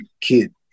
kid